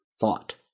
thought